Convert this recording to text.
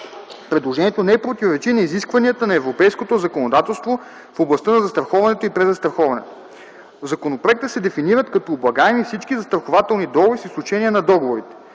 предложението не противоречи и на изискванията на европейското законодателство в областта на застраховането и презастраховането. В законопроекта се дефинират като облагаеми всички застрахователни договори с изключение на договорите: